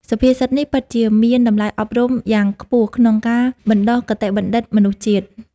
សុភាសិតនេះ ពិតជាមានតម្លៃអប់រំយ៉ាងខ្ពស់ក្នុងការបណ្តុះគតិបណ្ឌិតមនុស្សជាតិ។